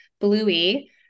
Bluey